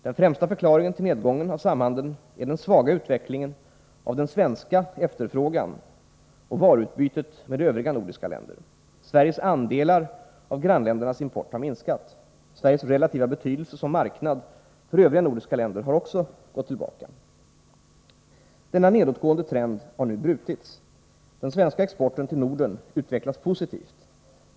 Den främsta förklaringen till nedgången av samhandeln är den svaga utvecklingen av den svenska efterfrågan och varuutbytet med övriga nordiska länder. Sveriges andelar av grannländernas import har minskat. Sveriges relativa betydelse som marknad för övriga nordiska länder har också gått tillbaka. Denna nedåtgående trend har nu brutits. Den svenska exporten till Norden utvecklas positivt.